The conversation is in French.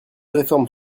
réforme